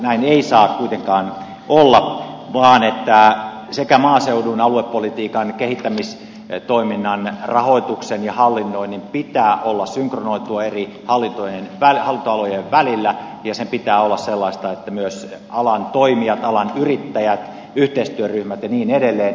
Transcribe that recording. näin ei saa kuitenkaan olla vaan maaseudun aluepolitiikan ja kehittämistoiminnan rahoituksen ja hallinnoinnin pitää olla synkronoitua eri hallintoalojen välillä ja sen pitää olla sellaista että myös alan toimijat alan yrittäjät yhteistyöryhmät ja niin edelleen